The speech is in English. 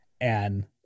and-